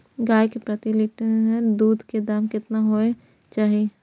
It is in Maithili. गाय के प्रति लीटर दूध के दाम केतना होय के चाही?